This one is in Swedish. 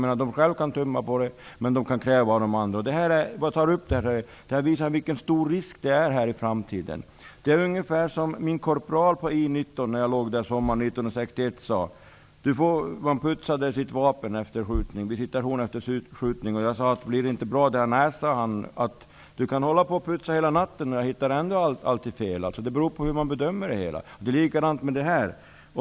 De kan själva tumma på detta, men de kan ställa krav på andra. Det här visar hur stor risken är i framtiden. På sommaren 1961 låg jag på I19. Man skulle putsa sitt vapen efter skjutning. Jag frågade korpralen om min putsning inte var bra. Nej, sade han, du kan hålla på och putsa hela natten men jag kommer ändå alltid att hitta fel. Det beror på hur man bedömer det hela. Det är likadant med den fråga som vi nu diskuterar.